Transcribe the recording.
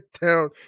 down